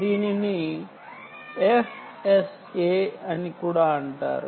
దీనిని FSA అని కూడా అంటారు